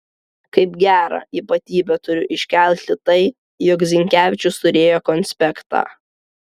kaip gerą ypatybę turiu iškelti tai jog zinkevičius turėjo konspektą